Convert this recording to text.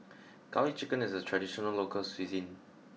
garlic chicken is a traditional local cuisine